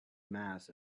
mass